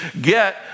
get